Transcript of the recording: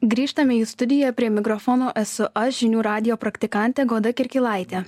grįžtame į studiją prie mikrofono esu aš žinių radijo praktikantė goda kirkilaitė